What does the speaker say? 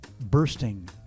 bursting